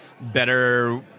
better